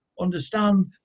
understand